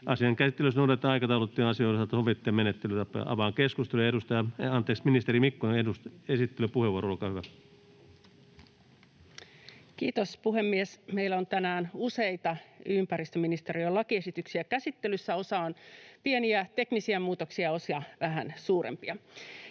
Asian käsittelyssä noudatetaan aikataulutettujen asioiden osalta sovittuja menettelytapoja. Avaan keskustelun. — Ministeri Mikkonen, esittelypuheenvuoro, olkaa hyvä. Kiitos, puhemies! Meillä on tänään useita ympäristöministeriön lakiesityksiä käsittelyssä, osa on pieniä teknisiä muutoksia, osa vähän suurempia.